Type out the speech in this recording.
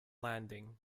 landing